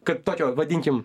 kad tokio vadinkim